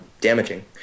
damaging